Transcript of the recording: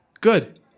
Good